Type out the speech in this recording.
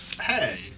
Hey